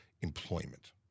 employment